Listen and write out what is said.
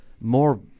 more